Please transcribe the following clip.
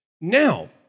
Now